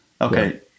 Okay